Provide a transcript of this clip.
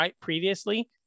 previously